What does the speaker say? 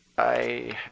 i